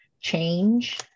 change